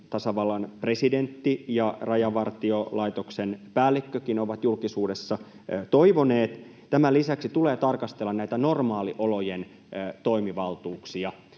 tasavallan presidentti ja Rajavartiolaitoksen päällikkökin ovat julkisuudessa toivoneet, tulee tarkastella näitä normaaliolojen toimivaltuuksia.